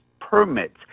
permits